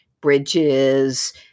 bridges